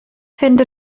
finde